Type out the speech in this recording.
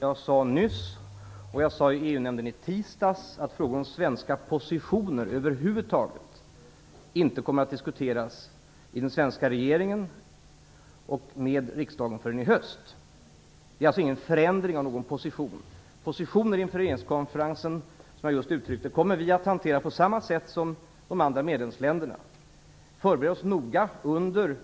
Herr talman! Jag sade nyss och jag sade i EU nämnden i tisdags att frågor om svenska positioner över huvud taget inte kommer att diskuteras i den svenska regeringen och med riksdagen förrän i höst. Det är alltså ingen förändring av någon position. Vi kommer att hantera positioner inför regeringskonferensen 1996 på samma sätt som de andra medlemsländerna, som jag just uttryckte. Vi kommer att förbereda oss noga under